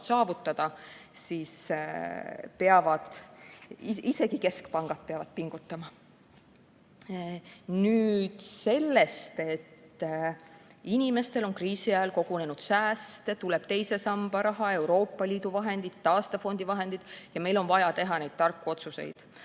saavutada, siis peavad isegi keskpangad pingutama. Nüüd sellest, et inimestel on kriisi ajal kogunenud sääste, tuleb teise samba raha, Euroopa Liidu vahendid, taastefondi vahendid ja meil on vaja teha neid tarku otsuseid.